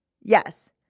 Yes